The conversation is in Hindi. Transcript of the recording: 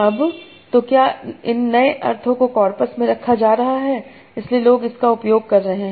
अब तो क्या इन नए अर्थों को कॉर्पस में रखा जा रहा है इसलिए लोग इसका उपयोग कर रहे हैं